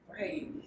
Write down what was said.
Right